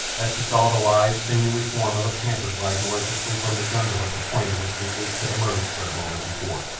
as she saw the lithe, sinewy form of a panther glide noiselessly from the jungle at the point at which the apes had emerged but a moment before.